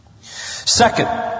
Second